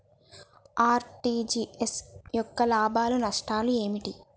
RTGS యొక్క లాభాలు నష్టాలు ఏమిటి?